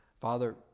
Father